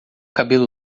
cabelo